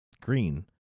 Green